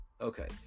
Okay